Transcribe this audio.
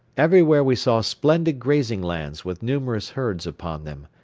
everywhere we saw splendid grazing lands with numerous herds upon them,